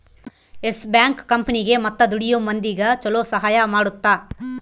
S Bank ಕಂಪನಿಗೇ ಮತ್ತ ದುಡಿಯೋ ಮಂದಿಗ ಚೊಲೊ ಸಹಾಯ ಮಾಡುತ್ತ